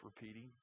repeating